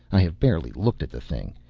i have barely looked at the thing.